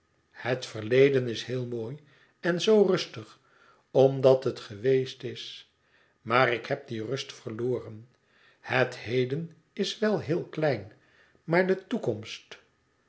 het verleden is heel mooi en zoo rustig omdat het geweest is maar ik heb die rust verloren het heden is wel heel klein maar de toekomst